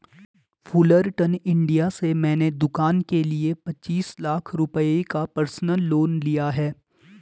Fullerton India से मैंने दूकान के लिए पचीस लाख रुपये का पर्सनल लोन लिया है